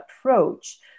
approach